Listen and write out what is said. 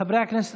חברי הכנסת,